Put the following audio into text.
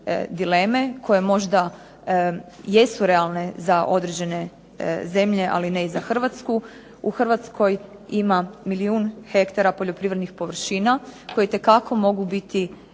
dileme koje možda jesu realne za određene zemlje ali ne i za Hrvatsku. U HRvatskoj ima milijuna hektara poljoprivrednih površina koje itekako mogu biti